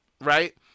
right